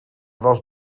was